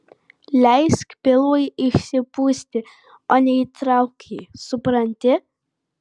leisk pilvui išsipūsti o ne įtrauk jį supranti